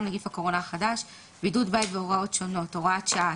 (נגיף הקורונה החדש)(בידוד בית והוראות שונות)(הוראת שעה),